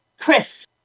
chris